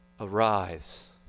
arise